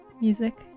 music